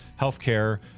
healthcare